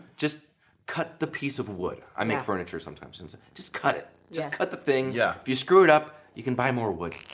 just cut the piece of wood. i make furniture sometimes. and so just cut it. just cut the thing. yeah if you screw it up you can buy more wood.